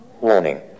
warning